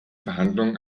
verhandlungen